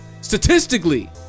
statistically